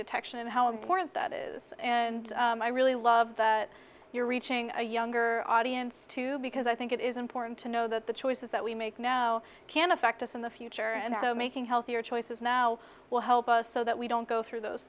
detection of how important that is and i really love that you're reaching a younger audience too because i think it is important to know that the choices that we make now can affect us in the future and so making healthier choices now will help us so that we don't go through those